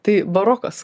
tai barokas